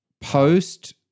Post